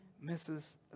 misses